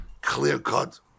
clear-cut